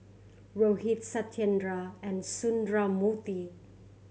Rohit Satyendra and Sundramoorthy